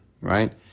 right